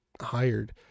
hired